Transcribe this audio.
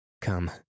Come